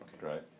right